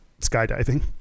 skydiving